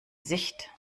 sicht